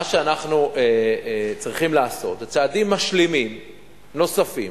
מה שאנחנו צריכים לעשות זה צעדים משלימים נוספים,